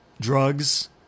drugs